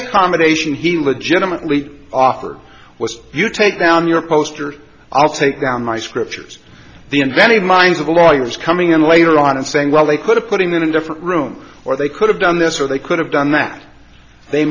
accommodation he legitimately offered was you take down your poster i'll take down my scriptures the invented minds of the lawyers coming in later on and saying well they could have putting in a different room or they could have done this or they could have done that they